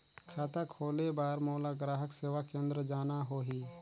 खाता खोले बार मोला ग्राहक सेवा केंद्र जाना होही?